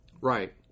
Right